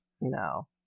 No